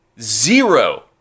zero